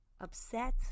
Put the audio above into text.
upset